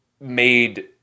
made